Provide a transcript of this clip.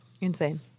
Insane